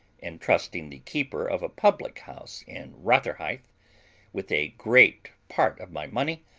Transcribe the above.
and trusting the keeper of a public-house in rotherhithe with a great part of my money,